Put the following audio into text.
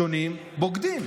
"בוגדים".